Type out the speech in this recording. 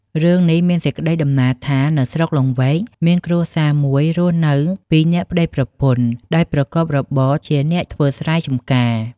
រឿងនេះមានសេចក្ដីតំណាលថា នៅស្រុកលង្វែក មានគ្រួសារមួយរស់នៅពីរនាក់ប្ដីប្រពន្ធដោយប្រកបរបរជាអ្នកធ្វើស្រែចម្ការ ។